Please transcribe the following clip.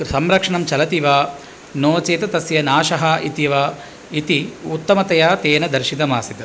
कृ संरक्षणं चलति वा नो चेत् तस्य नाशः इत्येव इति उत्तमतया तेन दर्शितमासीत्